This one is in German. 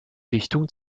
dichtungen